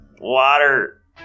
water